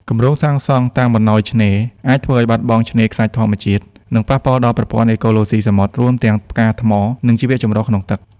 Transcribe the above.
គម្រោងសាងសង់តាមបណ្តោយឆ្នេរ អាចធ្វើឲ្យបាត់បង់ឆ្នេរខ្សាច់ធម្មជាតិ និងប៉ះពាល់ដល់ប្រព័ន្ធអេកូឡូស៊ីសមុទ្រ រួមទាំងផ្កាថ្ម និងជីវចម្រុះក្នុងទឹក។